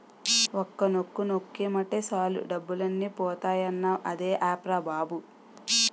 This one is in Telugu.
ఒక్క నొక్కు నొక్కేమటే సాలు డబ్బులన్నీ పోతాయన్నావ్ అదే ఆప్ రా బావా?